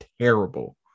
terrible